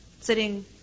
sitting